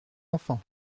enfants